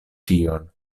tion